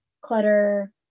clutter